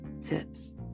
tips